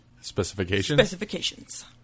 specifications